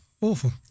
awful